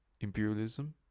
imperialism